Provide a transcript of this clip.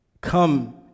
come